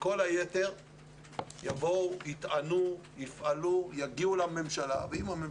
גם אלה שמעניקים את ההטבות יידרשו לתת את אותן